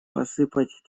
посыпать